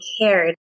cared